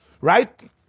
Right